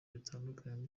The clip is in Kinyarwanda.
bitandukanye